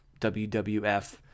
WWF